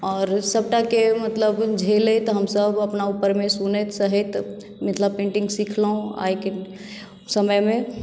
आओर सभटाके मतलब झेलैत हमसभ अपना ऊपरमे सुनैत सहैत मिथिला पेन्टिंग सिखलहुँ आइके समयमे